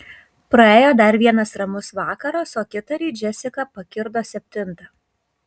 praėjo dar vienas ramus vakaras o kitąryt džesika pakirdo septintą